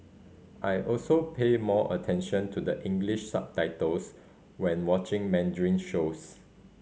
I also pay more attention to the English subtitles when watching Mandarin shows